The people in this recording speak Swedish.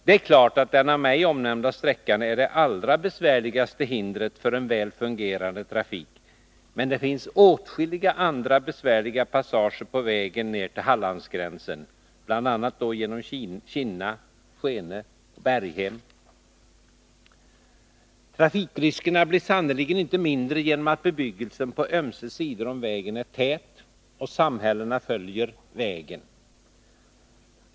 Det är klart att den av mig omnämda sträckan är det allra besvärligaste hindret för en väl fungerande trafik, men det finns åtskilliga andra besvärliga passager på vägen ned till Hallandsgränsen, bl.a. genom Kinna, Skene och Berghem. Trafikriskerna blir sannerligen inte mindre genom att bebyggelsen på ömse sidor om vägen är tät och samhällena följer vägen.